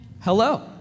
Hello